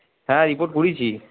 হ্যাঁ রিপোর্ট করিয়েছি